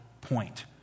point